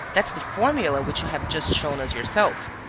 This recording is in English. that's the formula which you have just shown us yourself.